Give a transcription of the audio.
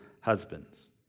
husbands